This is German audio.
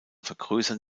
vergrößern